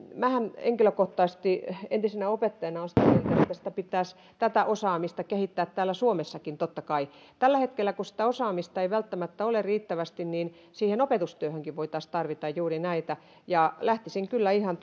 minähän henkilökohtaisesti entisenä opettajana olen sitä mieltä että pitäisi tätä osaamista kehittää täällä suomessakin totta kai tällä hetkellä kun sitä osaamista ei välttämättä ole riittävästi siihen opetustyöhönkin voitaisiin tarvita juuri näitä lähtisin kyllä ihan